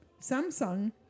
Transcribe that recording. Samsung